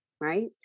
right